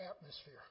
atmosphere